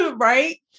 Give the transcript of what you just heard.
right